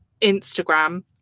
Instagram